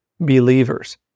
believers